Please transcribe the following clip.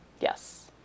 yes